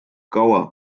kaua